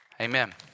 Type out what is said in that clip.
Amen